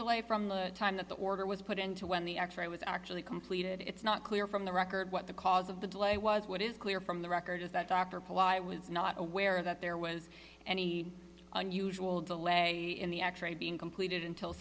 delay from the time that the order was put into when the x ray was actually completed it's not clear from the record what the cause of the delay was what is clear from the record is that dr polite was not aware that there was any unusual de lay in the x ray being completed until